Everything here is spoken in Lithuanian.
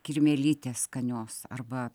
kirmėlytės skanios arba